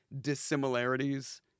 dissimilarities